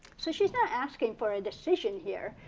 so she's not asking for a decision here.